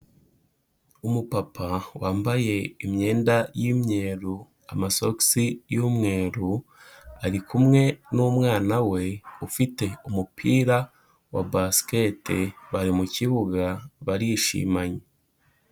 Umupapa wambaye imyenda y'imyeru, amasogisi y'umweru, ari kumwe n'umwana we ufite umupira wa Basket bari mu kibuga barishimanye.